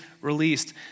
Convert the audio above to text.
released